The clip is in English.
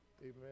Amen